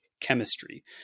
chemistry